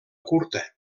curta